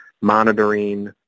monitoring